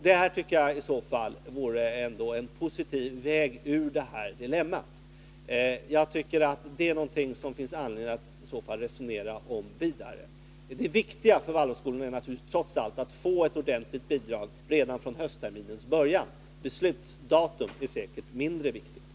Det anser jag vore en positiv väg ur det här dilemmat. Jag tycker att det är någonting som det finns anledning att resonera vidare om. Det viktiga för Waldorfskolorna är naturligtvis trots allt att få ett ordentligt bidrag redan från höstterminens början. Beslutsdatum är säkert mindre viktigt.